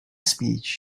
speech